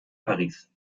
paris